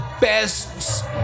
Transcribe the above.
best